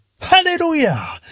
Hallelujah